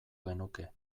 genuke